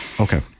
okay